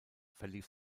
verlief